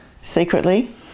secretly